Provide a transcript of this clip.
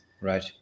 Right